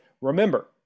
remember